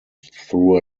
through